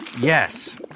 Yes